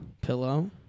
Pillow